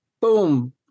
Boom